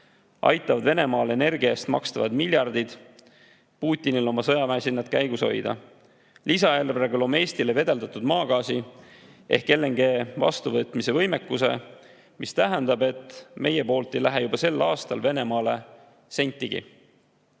aitavad Venemaale energia eest makstavad miljardid Putinil oma sõjamasinat käigus hoida. Lisaeelarvega loome Eestile veeldatud maagaasi ehk LNG vastuvõtmise võimekuse, mis tähendab, et meie poolt ei lähe juba sel aastal Venemaale sentigi. Täna